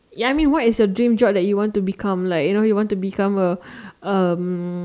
ya I mean what is your dream job that you want to become like you know you want to become a um